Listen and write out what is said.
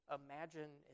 imagine